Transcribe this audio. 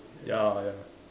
ya ya